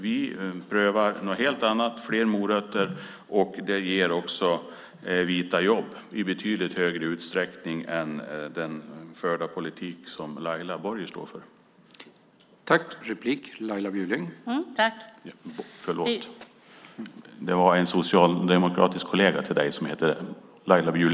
Vi prövar något helt annat, nämligen fler morötter, och det ger också vita jobb i betydligt större utsträckning än den förda politik som Laila Bjurling står för.